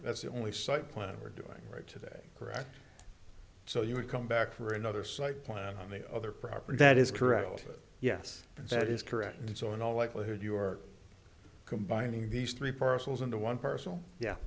that's the only site plan we're doing right today correct so you would come back for another site plan on the other property that is correct yes that is correct and so in all likelihood you're combining these three parcels into one personal yeah